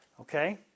okay